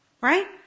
Right